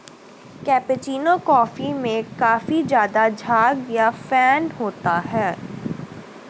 cappuccino coffee में काफी ज़्यादा झाग या फेन होता है